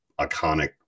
iconic